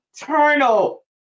eternal